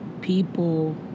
people